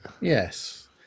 Yes